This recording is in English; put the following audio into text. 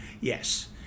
Yes